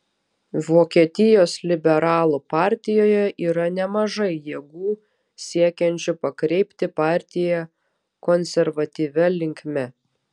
vokietijos liberalų partijoje yra nemažai jėgų siekiančių pakreipti partiją konservatyvia linkme